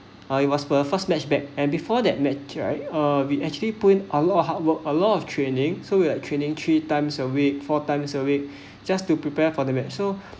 uh it was her first match back and before that mat~ I uh we actually put a lot of hard work a lot of training so like training three times a week four times a week just to prepare for the match so